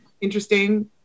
interesting